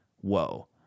whoa